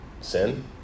sin